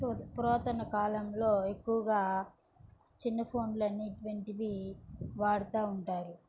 పు పురాతనకాలంలో ఎక్కువగా చిన్న ఫోన్లనేటువంటివి వాడతూ ఉంటారు